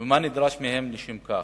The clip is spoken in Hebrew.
ומה נדרש מהם לשם כך.